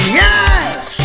yes